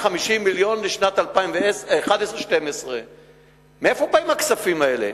250 מיליון ל-2011 2012. מאיפה באים הכספים האלה?